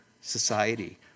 society